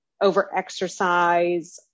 over-exercise